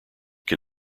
can